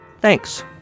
Thanks